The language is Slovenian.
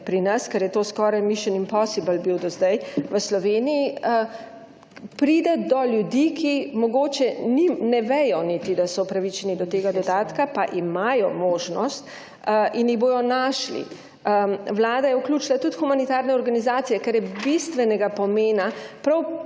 pri nas, ker je bilo to skoraj »mission impossible« do zdaj v Sloveniji -, priti do ljudi, ki mogoče niti ne vedo, da so upravičeni do tega dodatka, pa imajo možnost, in jih bodo našli. Vlada je vključila tudi humanitarne organizacije, kar je bistvenega pomena prav